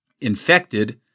infected